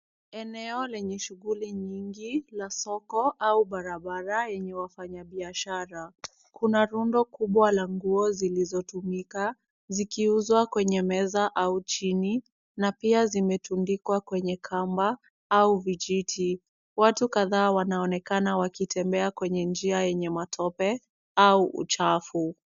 Eneo lenye shughuli mingi ya soko au barabara yenye wafanyabiashara. Kuna rundo kubwa la nguo zilizotumika zikiuzwa kwenye meza au chini na pia zimetundikwa kwenye kamba au vijiti. Watu kadhaa wanaonekana wakitembea kwenye matope au uchafu.